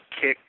kick